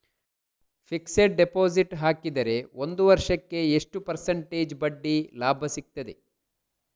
Fixed deposit ಹಾಕಿದರೆ ಒಂದು ವರ್ಷಕ್ಕೆ ಎಷ್ಟು ಪರ್ಸೆಂಟೇಜ್ ಬಡ್ಡಿ ಲಾಭ ಸಿಕ್ತದೆ?